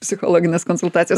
psichologinės konsultacijos